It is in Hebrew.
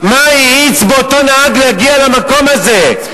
מה האיץ באותו נהג להגיע למקום הזה?